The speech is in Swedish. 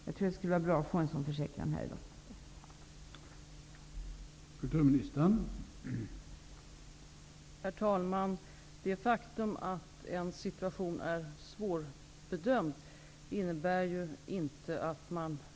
Det skulle vara bra att få en sådan försäkran här i dag.